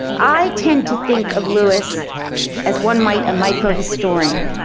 i tend to think of lewis as one might a micro historian.